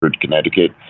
Connecticut